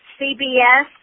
CBS